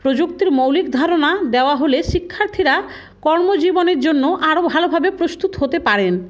প্রযুক্তির মৌলিক ধারণা দেওয়া হলে শিক্ষার্থীরা কর্মজীবনের জন্য আরও ভালোভাবে প্রস্তুত হতে পারেন